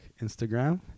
Instagram